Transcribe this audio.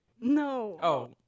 No